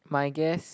my guess